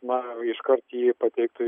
na iškart jį pateiktų